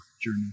journey